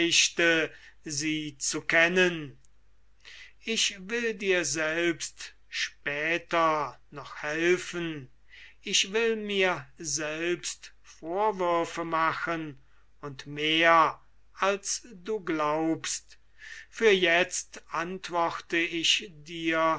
sie zu kennen ich will dir später noch helfen ich will mir vorwürfe machen und mehr als du glaubst für jetzt antworte ich dir